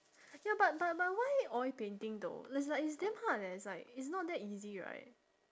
ya but but but why oil painting though it's like it's damn hard eh it's like it's not that easy right